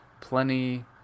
plenty